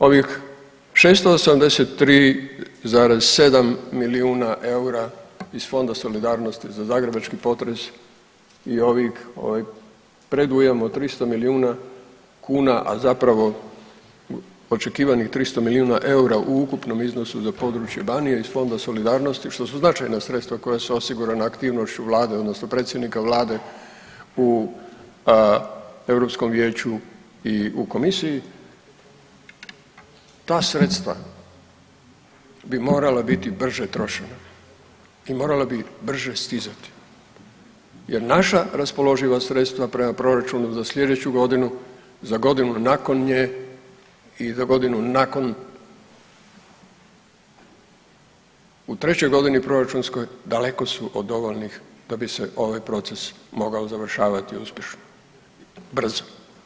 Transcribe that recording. I konačno, ovih 683,7 milijuna eura iz Fonda solidarnosti za zagrebački potres i ovih, ovaj predujam od 300 milijuna kuna, a zapravo, očekivanih 300 milijuna eura u ukupnom iznosu za područje Banije iz Fonda solidarnosti, što su značajna sredstva koja su osigurala aktivnošću Vlade, odnosno predsjednika Vlade u EU Vijeću i u Komisiji, ta sredstva bi morala biti brže trošena i morala bi brže stizati jer naša raspoloživa sredstva prema proračunu za sljedeću godinu, za godinu nakon nje i za godinu nakon, u trećoj godini proračunskoj daleko su od dovoljnih da bi se ovaj proces mogao završavati uspješno, brzo.